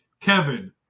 Kevin